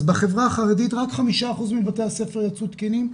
אז בחברה החרדית רק 5% מבתי הספר יצאו תקינים,